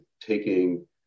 taking